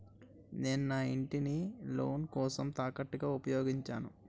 నేను నా ఇంటిని లోన్ కోసం తాకట్టుగా ఉపయోగించాను